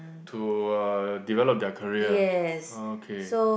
to uh develop their career uh okay